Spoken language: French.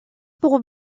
pour